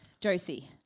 Josie